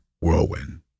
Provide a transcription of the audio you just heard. whirlwind